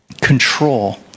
control